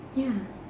ya